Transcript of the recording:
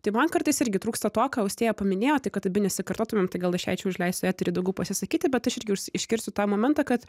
tai man kartais irgi trūksta to ką austėja paminėjo tai kad abi nesikartotumėm tai gal aš jai čia užleisiu eterį daugiau pasisakyti bet aš irgi už išgirsiu tą momentą kad